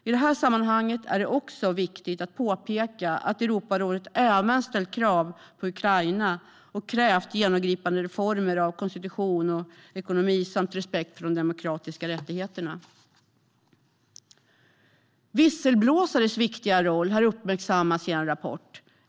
I det här sammanhanget är det också viktigt att påpeka att Europarådet även ställt krav på Ukraina om såväl genomgripande reformer av konstitution och ekonomi samt respekt för de demokratiska rättigheterna. Visselblåsares viktiga roll har uppmärksammats i en rapport.